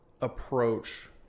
approach